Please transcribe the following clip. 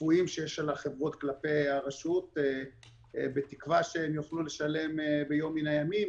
הקבועים שיש לחברות כלפי הרשות בתקווה שהם יוכלו לשלם ביום מן הימים,